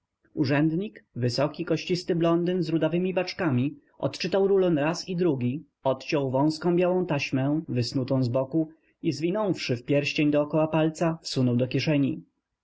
urzędnik wysoki kościsty blondyn z ru d a wymi baczkam i odczytał rulon raz i drugi odciął w ąską białą taśm ę w ysnutą z bloku i zwinąwszy w pierścień dookoła palca w su nął do kieszeni